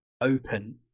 open